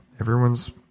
everyone's